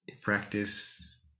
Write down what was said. practice